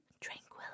Tranquility